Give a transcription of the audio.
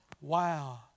Wow